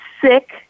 sick